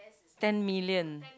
ten million